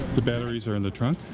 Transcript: the batteries are in the trunk?